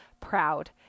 proud